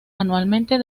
anualmente